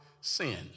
sin